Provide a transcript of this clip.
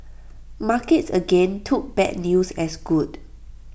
markets again took bad news as good